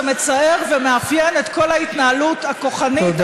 זה מצער ומאפיין את כל ההתנהלות הכוחנית,